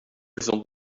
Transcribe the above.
gezond